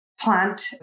plant